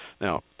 Now